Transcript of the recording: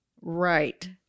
Right